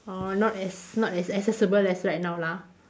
orh not as not as accessible as right now lah